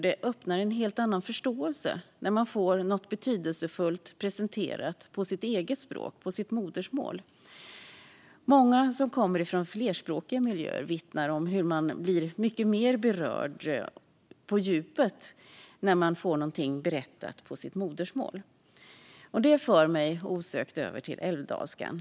Det öppnar för en helt annan förståelse när man får något betydelsefullt presenterat på sitt eget språk, på sitt modersmål. Många som kommer från flerspråkiga miljöer vittnar om hur mycket djupare berörd man blir när man får något berättat på sitt modersmål. Det för mig osökt över till älvdalskan.